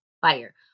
Fire